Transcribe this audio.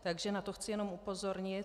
Takže na to chci jenom upozornit.